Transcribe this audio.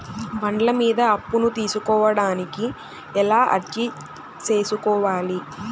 బండ్ల మీద అప్పును తీసుకోడానికి ఎలా అర్జీ సేసుకోవాలి?